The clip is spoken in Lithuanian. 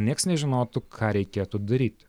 nieks nežinotų ką reikėtų daryti